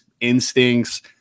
instincts